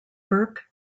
burke